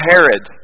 Herod